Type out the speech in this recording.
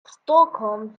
stockholm